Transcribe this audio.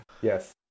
Yes